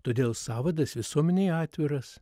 todėl sąvadas visuomenei atviras